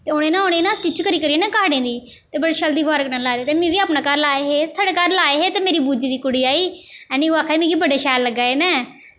ते उ'नें ना उ'नें ना स्टिच करियै करियै ना कार्ड गी ते बड़ी शैल दिवार कन्नै लाए हे ते में बी अपनै घर लाए हे साढ़े घर लाए हे ते मेरी बूजी दी कुड़ी आई है नी ओह् आक्खन लगी मिगी बड़े शैल लग्गा दे न